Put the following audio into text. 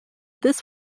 this